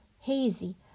hazy